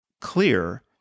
clear